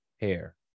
hair